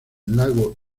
lago